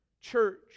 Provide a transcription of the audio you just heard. church